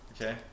okay